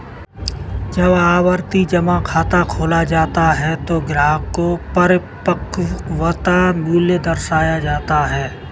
जब आवर्ती जमा खाता खोला जाता है तो ग्राहक को परिपक्वता मूल्य दर्शाया जाता है